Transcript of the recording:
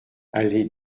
allée